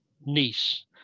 niece